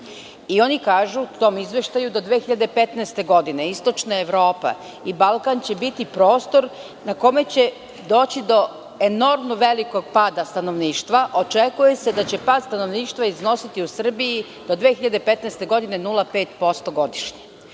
Oni kažu u tom izveštaju, do 2015. godine istočna Evropa i Balkan će biti prostor na kome će doći do enormno velikog pada stanovništva. Očekuje se da će pad stanovništva iznosi u Srbiji do 2015. godine 0,5% godišnje.